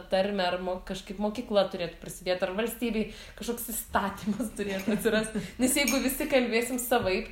tarmę ar mo kažkaip mokykla turėtų prasidėt ar valstybėj kažkoks įstatymas turėtų atsirasti nes jeigu visi kalbėsim savaip